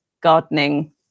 gardening